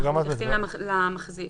למחזיק,